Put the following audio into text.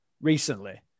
recently